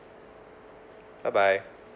bye bye